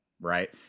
right